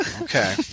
okay